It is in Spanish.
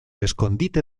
escondite